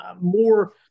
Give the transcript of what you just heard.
more